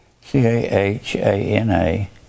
C-A-H-A-N-A